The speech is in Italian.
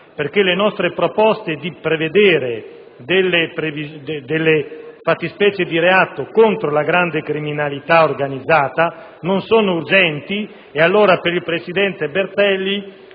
che le nostre proposte di prevedere delle fattispecie di reato contro la grande criminalità organizzata non sono urgenti, mentre lo sono soltanto